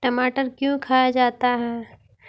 टमाटर क्यों खाया जाता है?